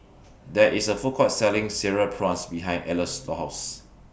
There IS A Food Court Selling Cereal Prawns behind Eloy's House